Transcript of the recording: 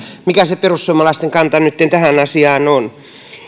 mikä se perussuomalaisten kanta nytten tähän asiaan on